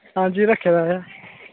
हां जी रक्खे दा ऐ